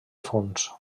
fonts